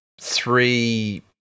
three